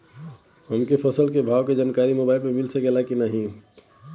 हमके फसल के भाव के जानकारी मोबाइल पर मिल सकेला की ना?